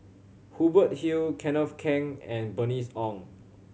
Hubert Hill Kenneth Keng and Bernice Ong